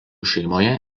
šeimoje